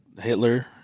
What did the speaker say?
Hitler